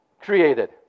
created